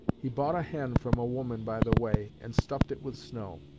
he bought a hen from a woman by the way, and stuffed it with snow.